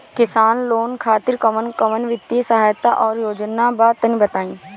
किसान लोग खातिर कवन कवन वित्तीय सहायता और योजना बा तनि बताई?